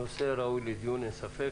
נושא ראוי לדיון, אין ספק.